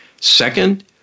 Second